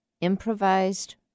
improvised